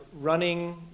running